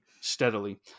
steadily